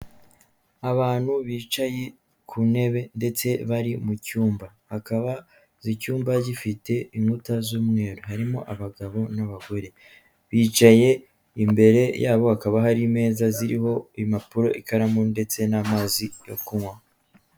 Abantu bicaye ku ntebe ndetse bari mu cyumba, hakaba icyumba gifite inkuta zifite ibara ry'umweru hakabamo abagabo n'abagore, bicaye imbere yabo hakaba hari imeza ziriho impapuro, ikaramu ndetse n'amazi yo kunywa.